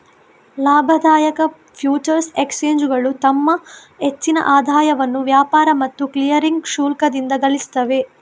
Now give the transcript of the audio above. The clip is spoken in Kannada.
ಲಾಭದಾಯಕ ಫ್ಯೂಚರ್ಸ್ ಎಕ್ಸ್ಚೇಂಜುಗಳು ತಮ್ಮ ಹೆಚ್ಚಿನ ಆದಾಯವನ್ನ ವ್ಯಾಪಾರ ಮತ್ತು ಕ್ಲಿಯರಿಂಗ್ ಶುಲ್ಕದಿಂದ ಗಳಿಸ್ತವೆ